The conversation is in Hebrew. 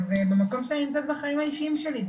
ובמקום שאני נמצאת בחיים האישיים שלי זה